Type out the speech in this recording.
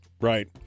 Right